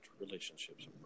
relationships